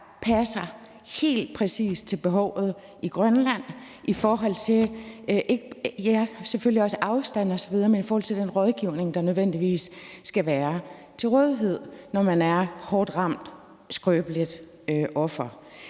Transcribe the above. passer helt præcis til behovet i Grønland i forhold til ikke alene afstand osv., men også i forhold til den rådgivning, der nødvendigvis skal være til rådighed, når man er hårdt ramt og er et skrøbeligt offer.